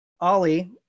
Ollie